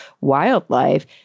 wildlife